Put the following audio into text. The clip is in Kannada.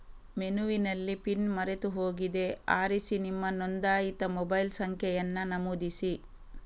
ಮೆನುವಿನಲ್ಲಿ ಪಿನ್ ಮರೆತು ಹೋಗಿದೆ ಆರಿಸಿ ನಿಮ್ಮ ನೋಂದಾಯಿತ ಮೊಬೈಲ್ ಸಂಖ್ಯೆಯನ್ನ ನಮೂದಿಸಿ